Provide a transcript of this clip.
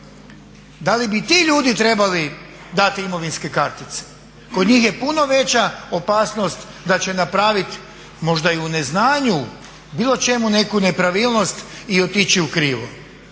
Da li bi ti ljudi trebali dati imovinske kartice? Kod njih je puno veća opasnost da će napraviti možda i u neznanju, bilo čemu, neku nepravilnost i otići u krivo.